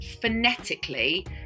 phonetically